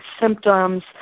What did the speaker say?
symptoms